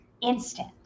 instant